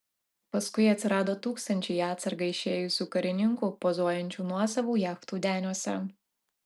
paskui atsirado tūkstančiai į atsargą išėjusių karininkų pozuojančių nuosavų jachtų deniuose